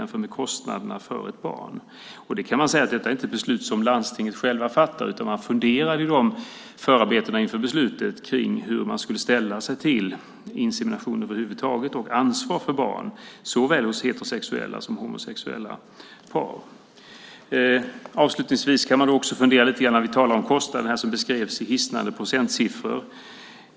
Man kan säga att detta inte är ett beslut som landstinget självt fattar, utan man funderade i förarbetena till beslutet hur man skulle ställa sig till insemination över huvud taget och ansvar för barn, såväl hos heterosexuella som homosexuella par. Avslutningsvis kan man också fundera lite över kostnaderna. De beskrevs i hisnande procentsiffror.